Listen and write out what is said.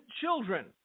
children